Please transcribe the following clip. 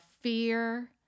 fear